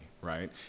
right